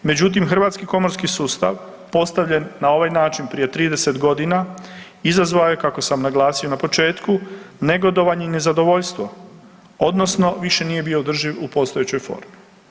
Međutim, hrvatski komorski sustav postavljen na ovaj način prije 30 godina izazvao je, kako sam naglasio na početku, negodovanje i nezadovoljstvo odnosno više nije bio održiv u postojećoj formi.